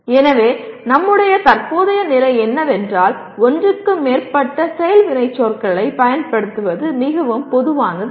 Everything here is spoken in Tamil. எனவே நம்முடைய தற்போதைய நிலை என்னவென்றால் ஒன்றுக்கு மேற்பட்ட செயல் வினைச்சொற்களைப் பயன்படுத்துவது மிகவும் பொதுவானதல்ல